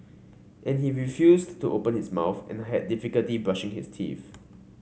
and he refused to open his mouth and I had difficulty brushing his teeth